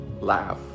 laugh